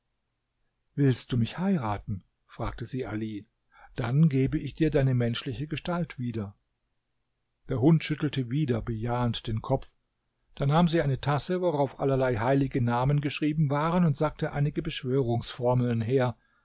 willst du mich heiraten fragte sie ali dann gebe ich dir deine menschliche gestalt wieder der hund schüttelte wieder bejahend den kopf da nahm sie eine tasse worauf allerlei heilige namen geschrieben waren und sagte einige beschwörungsformeln her